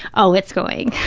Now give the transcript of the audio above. oh, it's going.